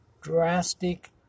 drastic